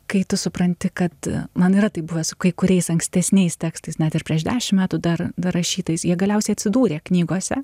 kai tu supranti kad man yra tai buvo su kai kuriais ankstesniais tekstais net ir prieš dešimt metų dar dar rašytais jie galiausiai atsidūrė knygose